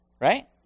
Right